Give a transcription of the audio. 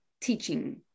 teaching